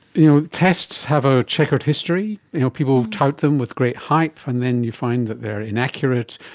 you know tests have a chequered history you know people tout them with great hype and then you find that they're inaccurate.